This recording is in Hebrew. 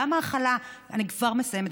אני כבר מסיימת,